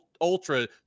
ultra